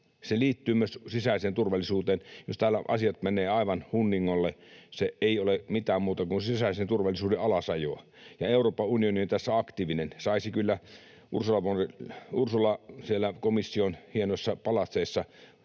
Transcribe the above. Se liittyy myös sisäiseen turvallisuuteen, jos täällä asiat menevät aivan hunningolle. Se ei ole mitään muuta kuin sisäisen turvallisuuden alasajoa. Ja Euroopan unioni on tässä aktiivinen. Saisi kyllä Ursula von der Leyen siellä komission hienoissa palatseissa